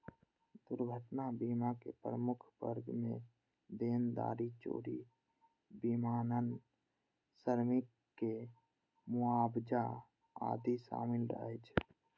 दुर्घटना बीमाक प्रमुख वर्ग मे देनदारी, चोरी, विमानन, श्रमिक के मुआवजा आदि शामिल रहै छै